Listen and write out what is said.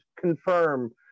confirm